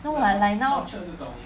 no lah like now